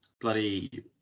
bloody